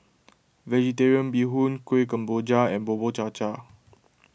Vegetarian Bee Hoon Kueh Kemboja and Bubur Cha Cha